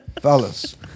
fellas